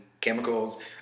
chemicals